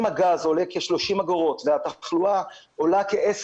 אם הגז עולה כ-30 אגורות והתחלואה עולה כ-10